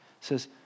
says